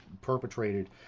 perpetrated